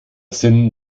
sinn